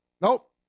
Nope